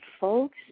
folks